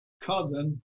cousin